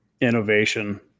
innovation